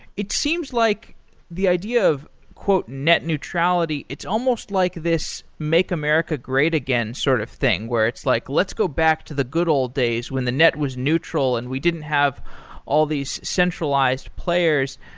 it seems like the idea of net neutrality it's almost like this make america great again sort of thing, where it's like, let's go back to the good old days when the net was neutral and we didn't have all these centralized players.